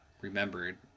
remembered